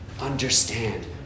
Understand